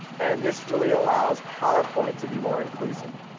and this really allows powerpoint to be more inclusive,